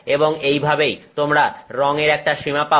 এবং এইভাবেই তোমরা রঙের একটা সীমা পাও